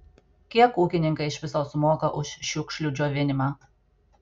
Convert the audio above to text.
kiek ūkininkai iš viso sumoka už šiukšlių džiovinimą